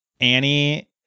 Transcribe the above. Annie